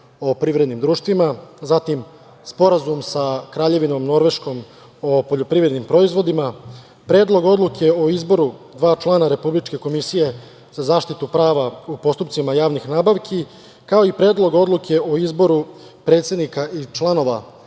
o privrednim društvima, zatim, Sporazum sa Kraljevinom Norveškom o poljoprivrednim proizvodima, Predlog odluke o izboru dva člana Republičke komisije za zaštitu prava u postupcima javnih nabavki, kao i Predlog odluke o izboru predsednika i članova